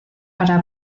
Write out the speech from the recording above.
para